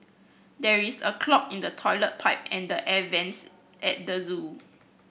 there is a clog in the toilet pipe and the air vents at the zoo